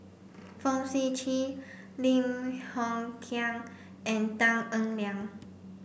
Fong Sip Chee Lim Hng Kiang and Tan Eng Liang